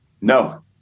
No